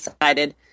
decided